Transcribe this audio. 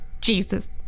jesus